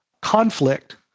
conflict